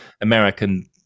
American